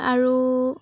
আৰু